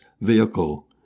vehicle